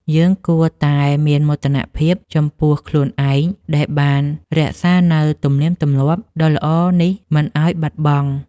យើងគួរតែមានមោទនភាពចំពោះខ្លួនឯងដែលបានរក្សានូវទំនៀមទម្លាប់ដ៏ល្អនេះមិនឱ្យបាត់បង់។